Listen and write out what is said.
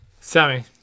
Sammy